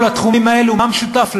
כל התחומים האלה, מה משותף להם?